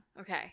Okay